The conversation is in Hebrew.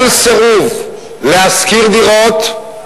כל סירוב להשכיר דירות,